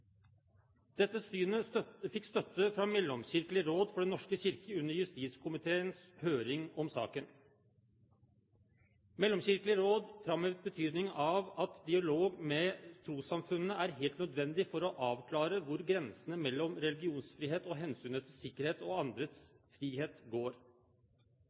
Dette synet fikk støtte fra Mellomkirkelig råd for Den norske kirke under justiskomiteens høring om saken. Mellomkirkelig råd framhevet betydningen av at dialog med trossamfunnene er helt nødvendig for å avklare hvor grensene mellom religionsfrihet og hensynet til sikkerhet og andres frihet går.